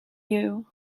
you